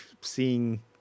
seeing